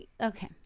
okay